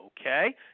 Okay